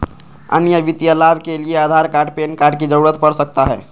अन्य वित्तीय लाभ के लिए आधार कार्ड पैन कार्ड की जरूरत पड़ सकता है?